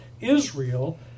Israel